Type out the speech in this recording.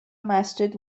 مسجد